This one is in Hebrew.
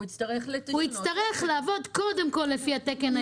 הוא יצטרך לעבוד קודם כל לפי התקן האירופי.